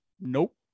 nope